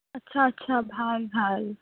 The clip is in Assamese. আচ্ছা আচ্ছা ভাল ভাল